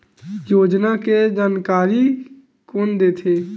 योजना के जानकारी कोन दे थे?